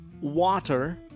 Water